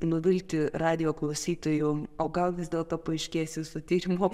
nuvilti radijo klausytojų o gal vis dėlto paaiškės jūsų tyrimo